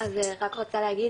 אני רק רוצה להגיד,